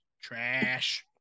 Trash